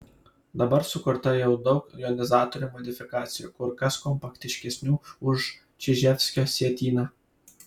dabar sukurta jau daug jonizatorių modifikacijų kur kas kompaktiškesnių už čiževskio sietyną